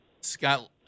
Scott